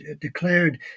declared